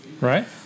Right